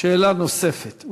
שאלה נוספת.